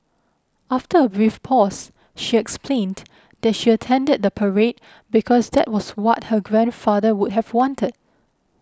after a brief pause she explained that she attended the parade because that was what her grandfather would have wanted